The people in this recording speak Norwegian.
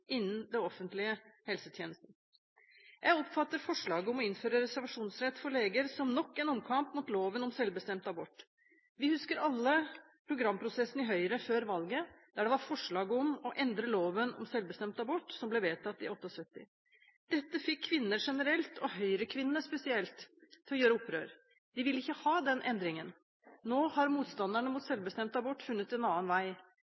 innen den offentlige helsetjenesten.» Jeg oppfatter forslaget om å innføre reservasjonsrett for leger som nok en omkamp mot loven om selvbestemt abort. Vi husker alle programprosessen i Høyre før valget, der det var forslag om å endre loven om selvbestemt abort som ble vedtatt i 1978. Dette fikk kvinner generelt og Høyre-kvinnene spesielt til å gjøre opprør. De ville ikke ha denne endringen. Nå har motstanderne mot selvbestemt abort funnet en annen vei.